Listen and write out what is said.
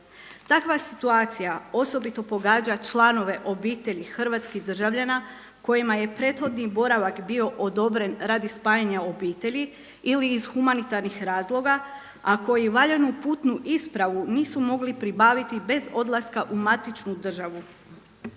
Takva situacija osobito pogađa članove obitelji hrvatskih državljana kojima je prethodni boravak bio odobren radi spajanja obitelji ili iz humanitarnih razloga, a koji valjanu putnu ispravu nisu mogli pribaviti bez odlaska u matičnu državu